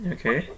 Okay